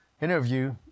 interview